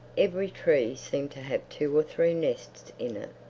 every tree seemed to have two or three nests in it.